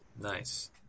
Nice